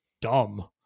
dumb